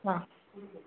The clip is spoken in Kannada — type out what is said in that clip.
ಹಾಂ